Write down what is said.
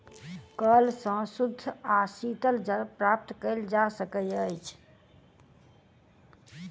कअल सॅ शुद्ध आ शीतल जल प्राप्त कएल जा सकै छै